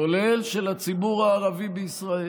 כולל של הציבור הערבי בישראל,